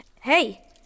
Hey